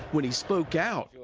when he spoke out,